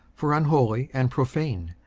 for unholy and profane,